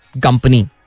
Company